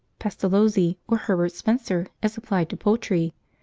pestalozzi, or herbert spencer as applied to poultry,